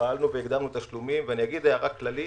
פעלנו והגדלנו תשלומים, ואני אומר הערה כללית